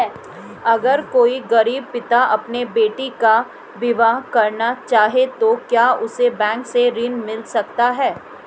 अगर कोई गरीब पिता अपनी बेटी का विवाह करना चाहे तो क्या उसे बैंक से ऋण मिल सकता है?